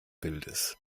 bildes